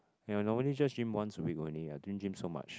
ya I normally just gym once a week only I didn't gym so much